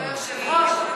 כבוד היושב-ראש,